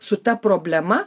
su ta problema